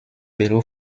bello